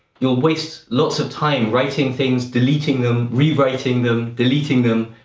you'll waste lots of time writing things, deleting them, rewriting them, deleting them,